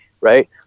Right